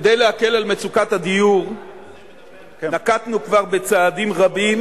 כדי להקל את מצוקת הדיור נקטנו כבר צעדים רבים,